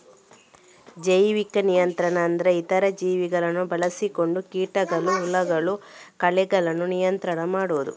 ಜೈವಿಕ ನಿಯಂತ್ರಣ ಅಂದ್ರೆ ಇತರ ಜೀವಿಗಳನ್ನ ಬಳಸಿಕೊಂಡು ಕೀಟಗಳು, ಹುಳಗಳು, ಕಳೆಗಳನ್ನ ನಿಯಂತ್ರಣ ಮಾಡುದು